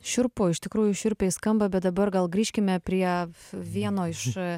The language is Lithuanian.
šiurpu iš tikrųjų šiurpiai skamba bet dabar gal grįžkime prie vieno iš